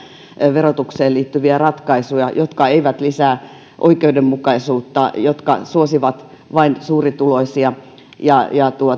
verotukseen liittyviä ratkaisuja jotka eivät lisää oikeudenmukaisuutta jotka suosivat vain suurituloisia ja ja